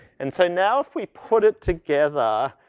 and so, now if we put it together,